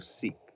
seek